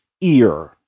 ear